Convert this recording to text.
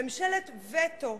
ממשלת וטו,